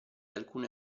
alcune